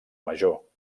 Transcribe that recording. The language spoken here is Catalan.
major